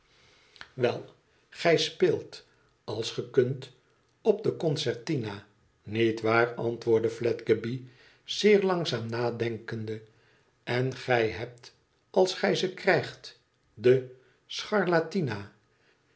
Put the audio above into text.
wel gij speelt als ge kunt op de concertina niet waar antwoordde fiedgeby zeer langzaam nadenkende ten gij hebt als gij ze krijgt de scharlatina